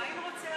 מה עם רוצח סדרתי?